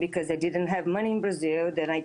יש לי משפחה שגרה בקיבוץ בצפון.